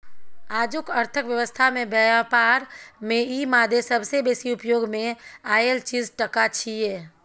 आजुक अर्थक व्यवस्था में ब्यापार में ई मादे सबसे बेसी उपयोग मे आएल चीज टका छिये